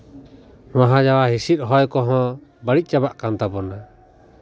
ᱱᱚᱶᱟ ᱡᱟᱦᱟᱸ ᱦᱤᱸᱥᱤᱫ ᱦᱚᱭ ᱠᱚᱦᱚᱸ ᱵᱟᱹᱲᱤᱡᱽ ᱪᱟᱵᱟᱜ ᱠᱟᱱ ᱛᱟᱵᱳᱱᱟ